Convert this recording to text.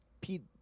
Pete